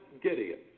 Gideon